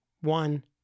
One